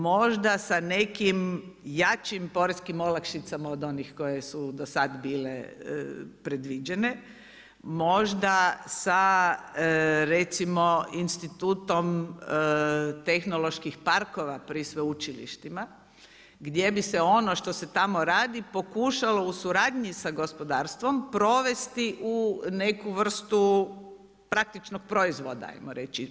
Možda sa nekim jačim poreskim olakšicama od onih koji su do sad bile predviđene, možda sa recimo institutom tehnoloških parkova pri sveučilištima, gdje bi se ono što se tamo radi pokušalo u suradnji sa gospodarstvom, provesti u neku vrstu praktičnog proizvoda, ajmo reći.